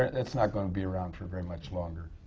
that's not going to be around for very much longer.